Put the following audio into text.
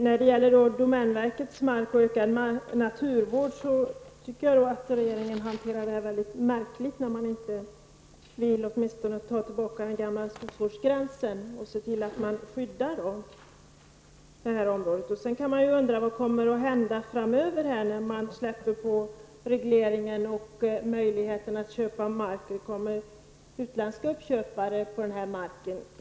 När det gäller domänverkets mark och ökad naturvård tycker jag att regeringen hanterar frågan märkligt när man inte åtminstone vill ta tillbaka den gamla skogsvårdsgränsen och se till att man skyddar detta område. Vad kommer att hända framöver när man släpper regleringarna och det ges möjlighet att köpa mark? Får vi då utländska uppköpare av denna mark?